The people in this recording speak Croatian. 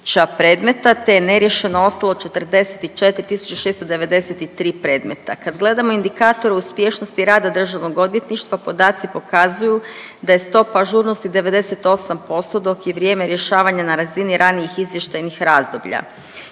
predmeta te je neriješeno ostalo 44 693 predmeta. Kad gledamo indikator uspješnosti rada DORH-a podaci pokazuju da je stopa ažurnosti 98%, dok je vrijeme rješavanja na razini ranijih izvještajnih razdoblja.